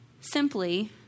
simply